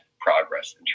progress